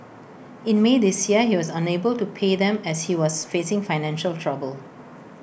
in may this year he was unable to pay them as he was facing financial trouble